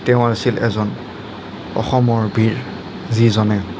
তেওঁ আছিল এজন অসমৰ বীৰ যিজনে